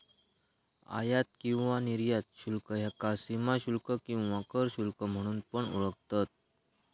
आयात किंवा निर्यात शुल्क ह्याका सीमाशुल्क किंवा कर शुल्क म्हणून पण ओळखतत